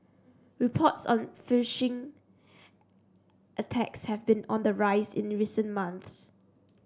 reports on phishing attacks have been on the rise in recent months